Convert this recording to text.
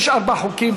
יש ארבעה חוקים.